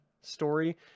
story